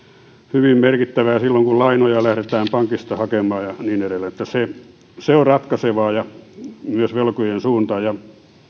hyvin merkittävää silloin kun lainoja lähdetään pankista hakemaan ja niin edelleen se on ratkaisevaa myös velkojien suuntaan todetaan vielä että